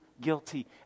guilty